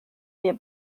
wir